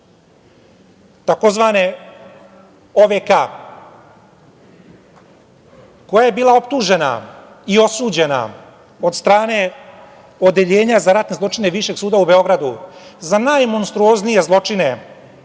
tzv. OVK, koja je bila optužena i osuđena od strane Odeljenja za ratne zločine Višeg suda u Beogradu na najmonstruoznije zločine